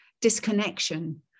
disconnection